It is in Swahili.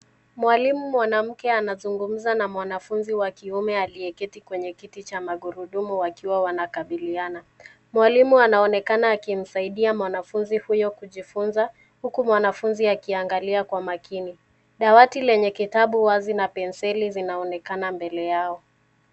Mwalimu mwanamke anazungumza na mwanafunzi wa kiume aliyeketi kwenye kiti cha magurudumu wakiwa wanakabiliana. Mwalimu anaonekana akimsaidia mwanafunzi huyo kujifunza, huku mwanafunzi akiangalia kwa makini. Dawati lenye kitabu wazi na penseli zinaonekana mbele yao.